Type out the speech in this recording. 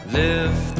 live